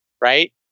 Right